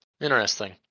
Interesting